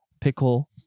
pickle